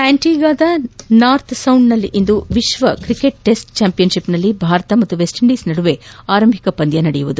ಆಂಟಿಗುವಾದ ನಾರ್ಥ್ಸೌಂಡ್ನಲ್ಲಿ ಇಂದು ವಿಶ್ವ ಕ್ರಿಕೆಟ್ ಟೆಸ್ಟ್ ಚಾಂಪಿಯನ್ಶಿಪ್ನಲ್ಲಿ ಭಾರತ ವೆಸ್ಟ್ಇಂಡೀಸ್ ನಡುವೆ ಆರಂಭಿಕ ಪಂದ್ಯ ನಡೆಯಲಿದೆ